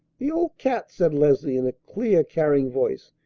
the old cat! said leslie in a clear, carrying voice.